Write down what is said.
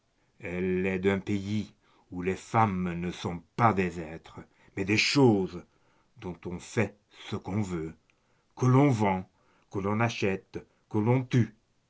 elle est d'un pays où les femmes ne sont pas des êtres mais des choses dont on fait ce qu'on veut que l'on vend que l'on achète que l'on tue